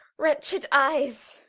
wretched eyes,